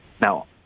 Now